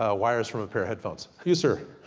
ah wires from a pair of headphones. you sir.